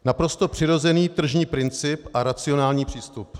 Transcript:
Naprosto přirozený tržní princip a racionální přístup.